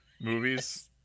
movies